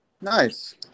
Nice